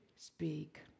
Speak